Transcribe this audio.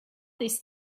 this